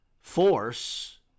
Force